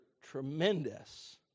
tremendous